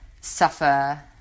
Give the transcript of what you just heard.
suffer